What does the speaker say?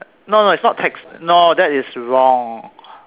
no no it's not tech no that is wrong